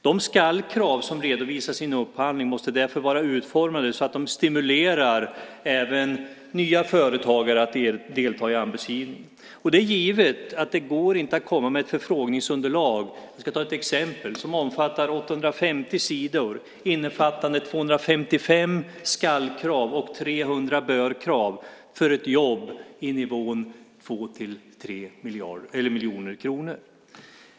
De "skall"-krav som redovisas i en upphandling måste därför vara utformade så att de stimulerar även nya företagare att delta i anbudsgivningen. Det är givet att det inte går att komma med ett förfrågningsunderlag, jag ska ta ett exempel, som omfattar 850 sidor innefattande 255 "skall"-krav och 300 "bör"-krav för ett jobb i nivån 2-3 miljoner kronor.